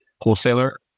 wholesaler